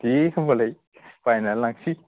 दे होनबालाय बायनानै लांसै